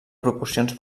proporcions